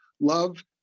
Love